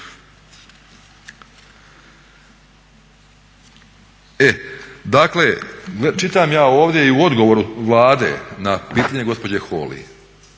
dakle čitam ja ovdje u odgovoru Vlade na pitanje gospođe Holy